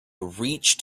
reached